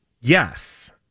Yes